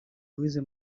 louise